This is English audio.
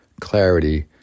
clarity